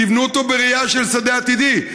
תבנו אותו בראייה של שדה עתידי.